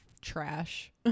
trash